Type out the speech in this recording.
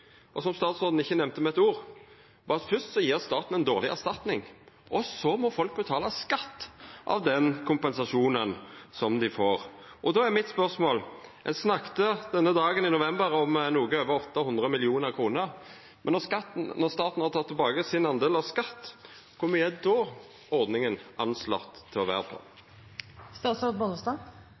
og som statsråden ikkje nemnde med eit ord, var at først gjev staten ei dårleg erstatning, og så må folk betala skatt av den kompensasjonen dei får. Då er mitt spørsmål: Ein snakka denne dagen i november om noko over 800 mill. kr, men når staten har teke tilbake sin del i skatt, kor mykje er då ordninga anslått til å